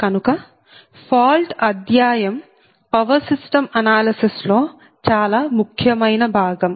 కనుక ఫాల్ట్ అధ్యాయం power system analysis లో చాలా ముఖ్యమైన భాగం